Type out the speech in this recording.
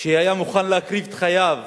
שהיה מוכן להקריב את חייו